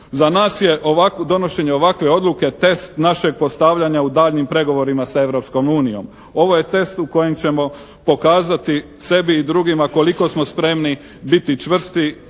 donošenje, donošenje ovakve odluke test našeg postavljanja u daljnjim pregovorima sa Europskom unijom. Ovo je test u kojem ćemo pokazati sebi i drugima koliko smo spremni biti čvrsti,